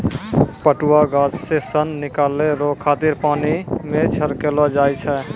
पटुआ गाछ से सन निकालै रो खातिर पानी मे छड़ैलो जाय छै